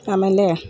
ಆಮೇಲೆ